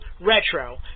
Retro